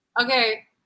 Okay